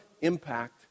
impact